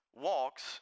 walks